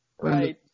right